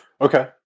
Okay